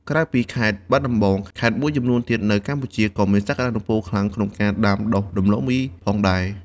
ក្រៅពីខេត្តបាត់ដំបង ខេត្តមួយចំនួនទៀតនៅកម្ពុជាក៏មានសក្ដានុពលខ្លាំងក្នុងការដាំដុះដំឡូងមីផងដែរ។